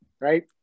right